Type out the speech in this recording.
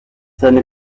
seine